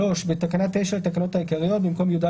3.תיקון תקנה 9 בתקנה 9 לתקנות העיקריות במקום "י"ד